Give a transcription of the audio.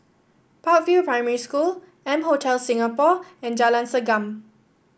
Park View Primary School M Hotel Singapore and Jalan Segam